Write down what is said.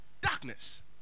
Darkness